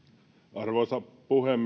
arvoisa puhemies